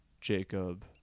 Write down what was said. jacob